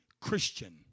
Christian